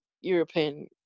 European